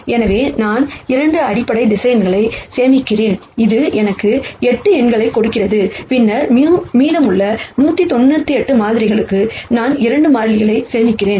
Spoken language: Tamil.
எனவே நான் 2 அடிப்படை வெக்டர்ஸ் சேமிக்கிறேன் இது எனக்கு 8 எண்களைக் கொடுக்கிறது பின்னர் மீதமுள்ள 198 மாதிரிகளுக்கு நான் 2 மாறிலிகளை சேமிக்கிறேன்